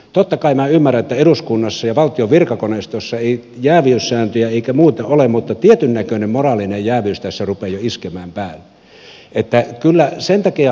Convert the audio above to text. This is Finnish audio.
totta kai minä ymmärrän että eduskunnassa ja valtion virkakoneistossa ei jääviyssääntöjä eikä muita ole mutta tietynnäköinen moraalinen jääviys tässä rupeaa jo iskemään päälle